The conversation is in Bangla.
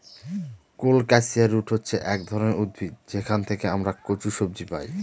কোলকাসিয়া রুট হচ্ছে এক ধরনের উদ্ভিদ যেখান থেকে আমরা কচু সবজি পাই